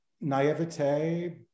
naivete